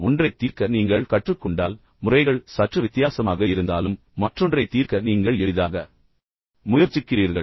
ஒன்றைத் தீர்க்க நீங்கள் கற்றுக்கொண்டால் முறைகள் சற்று வித்தியாசமாக இருந்தாலும் மற்றொன்றைத் தீர்க்க நீங்கள் எளிதாக முயற்சி செய்கிறீர்கள்